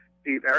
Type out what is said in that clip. Steve